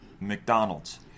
McDonald's